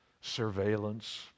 surveillance